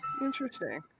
Interesting